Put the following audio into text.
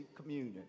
communion